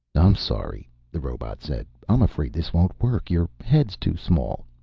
i'm sorry, the robot said. i'm afraid this won't work. your head's too small.